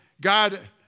God